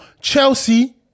Chelsea